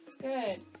Good